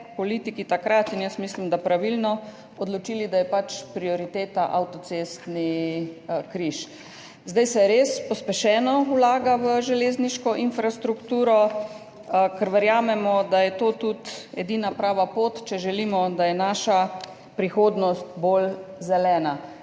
politiki, jaz mislim, da pravilno, odločili, da je pač prioriteta avtocestni križ. Zdaj se res pospešeno vlaga v železniško infrastrukturo, ker verjamemo, da je to tudi edina prava pot, če želimo, da je naša prihodnost bolj zelena.